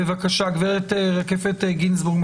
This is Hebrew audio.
הגברת רקפת גינסברג,